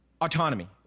autonomy